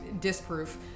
disproof